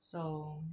so